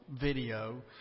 video